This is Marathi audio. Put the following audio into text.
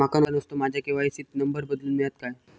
माका नुस्तो माझ्या के.वाय.सी त नंबर बदलून मिलात काय?